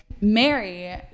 Mary